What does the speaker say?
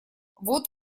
вот